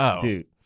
dude